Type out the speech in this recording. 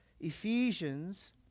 Ephesians